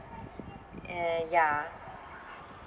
uh ya